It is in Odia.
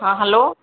ହଁ ହ୍ୟାଲୋ